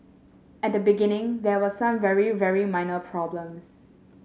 at the beginning there were some very very minor problems